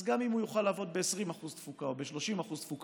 אז גם אם הוא יוכל לעבוד ב-20% תפוקה או ב-30% תפוקה,